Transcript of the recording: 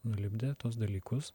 nulipdė tuos dalykus